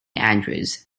andrews